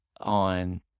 on